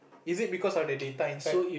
is it because of the data inside